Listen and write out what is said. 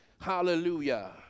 Hallelujah